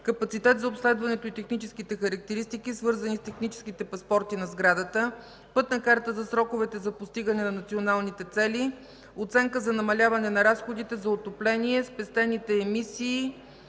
капацитет за обследването и техническите характеристики, свързани с техническите паспорти на сградите; - пътна карта за сроковете за постигане на националните цели; - оценка за намаляване на разходите за отопление, спестените емисии